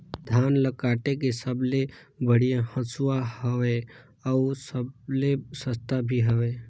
धान ल काटे के सबले बढ़िया हंसुवा हवये? अउ सबले सस्ता भी हवे?